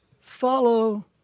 follow